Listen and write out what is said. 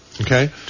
Okay